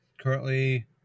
currently